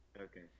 Okay